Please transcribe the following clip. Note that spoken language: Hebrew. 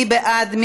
מי בעד?